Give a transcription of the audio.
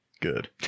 Good